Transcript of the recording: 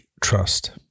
Trust